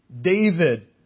David